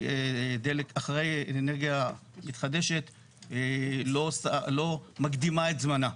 אחרי דלק, אחרי אנרגיה מתחדשת, לא מקדימה את זמנה.